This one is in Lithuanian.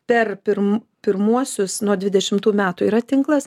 per pirm pirmuosius nuo dvidešimtų metų yra tinklas